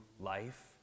life